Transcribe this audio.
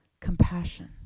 compassion